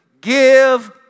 Give